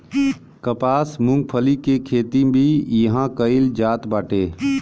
कपास, मूंगफली के खेती भी इहां कईल जात बाटे